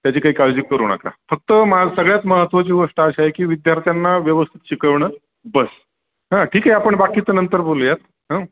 त्याची काही काळजी करू नका फक्त मा सगळ्यात महत्त्वाची गोष्ट अशी आहे की विद्यार्थ्यांना व्यवस्थित शिकवणं बस हं ठीक आहे आपण बाकीच नंतर बोलूयात हं